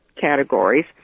Categories